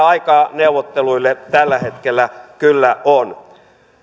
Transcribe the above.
aikaa neuvotteluille tällä hetkellä kyllä on